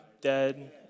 dead